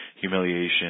humiliation